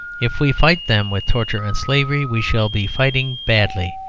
if we fight them with torture and slavery, we shall be fighting badly,